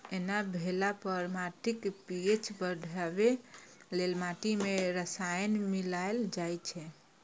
एना भेला पर माटिक पी.एच बढ़ेबा लेल माटि मे रसायन मिलाएल जाइ छै